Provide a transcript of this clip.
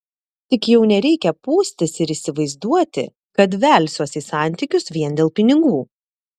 tik jau nereikia pūstis ir įsivaizduoti kad velsiuosi į santykius vien dėl pinigų